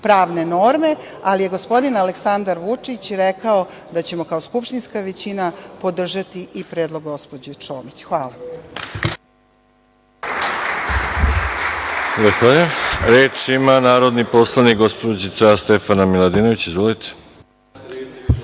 pravne norme, ali je gospodin Aleksandar Vučić rekao da ćemo kao skupštinska većina podržati i predlog gospođe Čomić. Hvala.